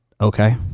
okay